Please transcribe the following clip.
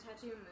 tattoo